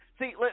See